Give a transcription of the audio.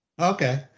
Okay